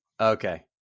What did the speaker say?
Okay